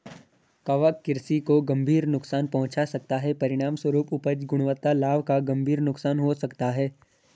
कवक कृषि को गंभीर नुकसान पहुंचा सकता है, परिणामस्वरूप उपज, गुणवत्ता, लाभ का गंभीर नुकसान हो सकता है